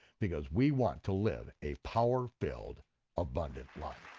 because we want to live a power-filled abundant life.